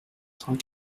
cent